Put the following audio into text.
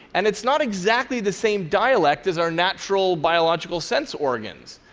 and it's not exactly the same dialect as our natural biological sense organs.